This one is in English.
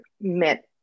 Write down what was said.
met